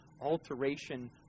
alteration